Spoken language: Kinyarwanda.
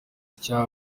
cya